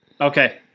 Okay